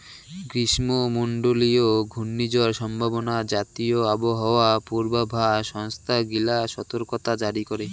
গ্রীষ্মমণ্ডলীয় ঘূর্ণিঝড় সম্ভাবনা জাতীয় আবহাওয়া পূর্বাভাস সংস্থা গিলা সতর্কতা জারি করে